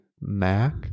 Mac